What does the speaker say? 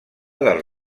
del